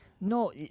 No